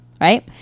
right